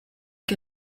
que